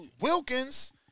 Wilkins